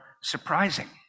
surprising